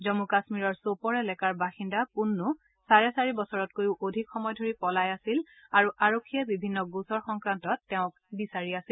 জম্মু কাশ্মীৰৰ ছ'প'ৰ এলেকাৰ বাসিন্দা পোন্নু চাৰে চাৰি বছৰতকৈও অধিক সময় ধৰি পলাই আছিল আৰু আৰক্ষীয়ে বিভিন্ন গোচৰ সংক্ৰান্তত তেওঁক বিচাৰি আছিল